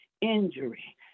injury